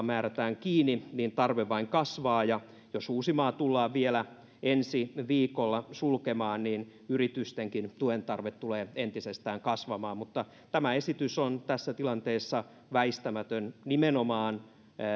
määrätään kiinni niin tarve vain kasvaa ja jos uusimaa tullaan vielä ensi viikolla sulkemaan niin yritystenkin tuen tarve tulee entisestään kasvamaan mutta tämä esitys on tässä tilanteessa väistämätön nimenomaan